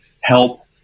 help